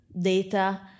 data